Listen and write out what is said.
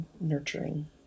nurturing